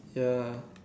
ya